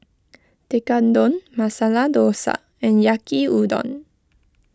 Tekkadon Masala Dosa and Yaki Udon